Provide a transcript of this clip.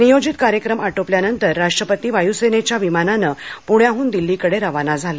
नियोजित कार्यक्रम आटोपल्यावर राष्ट्रपतीं वायुसेनेच्या विमानानं पुण्याहून दिल्लीकडे रवाना झाले